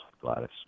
Gladys